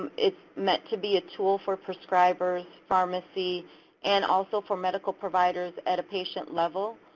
it's meant to be a tool for prescribers, pharmacies and also for medical providers at a patient level.